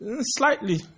slightly